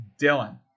Dylan